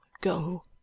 go